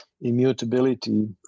immutability